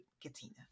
Katina